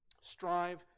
Strive